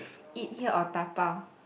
eat here or dabao